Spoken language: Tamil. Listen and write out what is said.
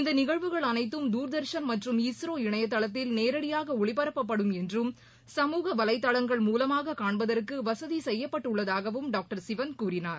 இந்த நிகழ்வுகள் அனைத்தும் தூர்தர்ஷன் மற்றும் இஸ்ரோ இணையளத்தில் நேரடியாக ஒளிபரப்பப்படும் என்றும் சமூக வலைதளங்கள் மூலமாக காண்பதற்கு வசதி செய்யப்பட்டுள்ளதாகவும் டாக்டர் சிவன் கூறினார்